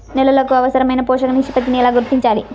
నేలలకు అవసరాలైన పోషక నిష్పత్తిని ఎలా గుర్తించాలి?